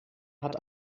hat